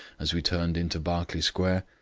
as we turned into berkeley square.